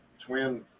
twin